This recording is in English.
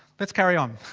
let's carry on.